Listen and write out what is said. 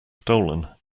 stolen